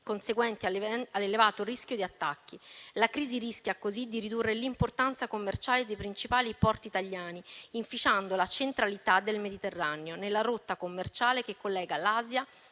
conseguenti all'elevato rischio di attacchi. La crisi rischia così di ridurre l'importanza commerciale dei principali porti italiani, inficiando la centralità del Mediterraneo nella rotta commerciale che collega l'Asia